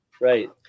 right